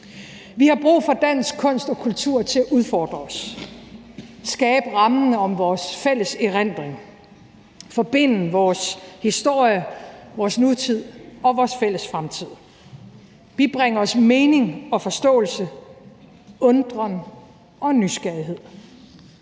Vi har brug for dansk kunst og kultur til at udfordre os, skabe rammen om vores fælles erindring, forbinde vores historie, vores nutid og vores fælles fremtid og bibringe os mening og forståelse, undren og nysgerrighed